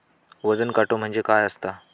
वजन काटो म्हणजे काय असता?